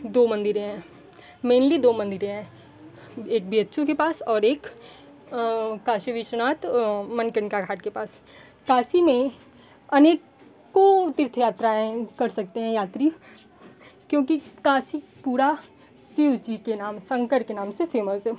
दो मंदिरें हैं मेनली दो मंदिरें हैं एक बी एच्च ओ के पास और एक काशी विश्वनाथ मणिकर्णिका घाट के पास काशी में अनेकों तीर्थ यात्राएँ कर सकते हैं यात्री क्योंकि काशी पूरा शिव जी के नाम शंकर के नाम से फे़मस है